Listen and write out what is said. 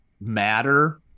matter